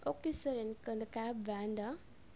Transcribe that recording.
okay sir எனக்கு அந்த cab வேண்டாம்